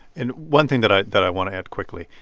and one thing that i that i want to add, quickly,